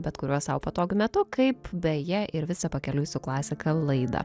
bet kuriuo sau patogiu metu kaip beje ir visą pakeliui su klasika laidą